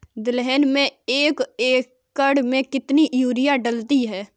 दलहन में एक एकण में कितनी यूरिया लगती है?